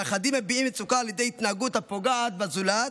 ואחדים מביעים מצוקה על ידי התנהגות הפוגעת בזולת,